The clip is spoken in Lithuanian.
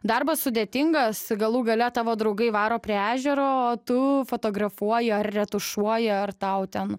darbas sudėtingas galų gale tavo draugai varo prie ežero o tu fotografuoji ar retušuoji ar tau ten